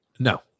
No